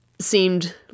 seemed